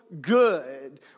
good